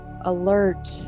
alert